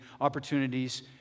opportunities